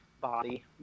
body